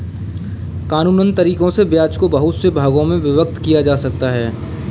कानूनन तरीकों से ब्याज को बहुत से भागों में विभक्त किया जा सकता है